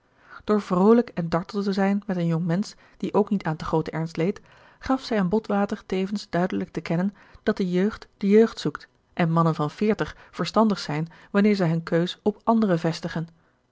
door vroolijk en dartel te zijn met een jongmensch die ook niet aan te grooten ernst leed gaf zij aan botwater tevens duidelijk te kennen dat de jeugd de jeugd zoekt en mannen van veertig verstandig zijn wanneer zij hunne keus op anderen vestigen